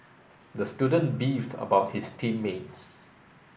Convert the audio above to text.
the student beefed about his team mates